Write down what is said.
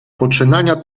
poczynania